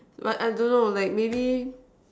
but I don't know like maybe